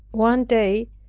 one day,